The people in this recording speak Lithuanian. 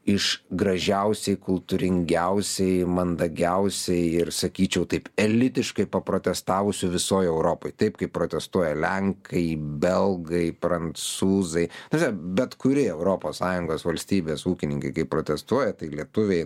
iš gražiausiai kultūringiausiai mandagiausiai ir sakyčiau taip elitiškai paprotestavusių visoj europoj taip kaip protestuoja lenkai belgai prancūzai tada bet kuri europos sąjungos valstybės ūkininkai kaip protestuoja tai lietuviai